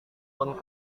pun